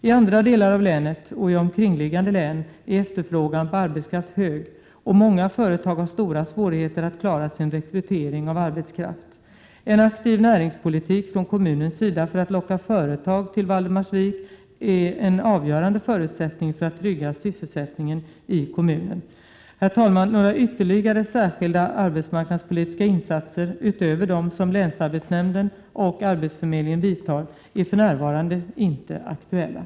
I andra delar av länet och i omkringliggande län är efterfrågan på arbetskraft hög, och många företag har stora svårigheter att klara sin rekrytering av arbetskraft. En aktiv näringspolitik från kommunens sida för att locka företag till Valdemarsvik är en avgörande förutsättning för att trygga sysselsättningen i kommunen. Herr talman! Några ytterligare särskilda arbetsmarknadspolitiska insatser, Prot. 1987/88:124 utöver dem som länsarbetsnämnden och arbetsförmedlingen vidtar, är för 20 maj 1988 närvarande inte aktuella.